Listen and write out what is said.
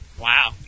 Wow